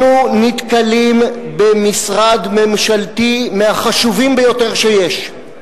אנחנו נתקלים במשרד ממשלתי, מהחשובים ביותר שיש.